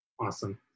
Awesome